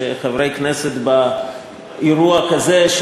שחברי כנסת באירוע כזה,